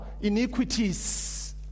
iniquities